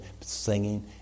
Singing